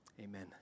Amen